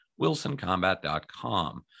wilsoncombat.com